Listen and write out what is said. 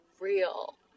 real